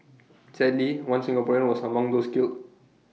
sadly one Singaporean was among those killed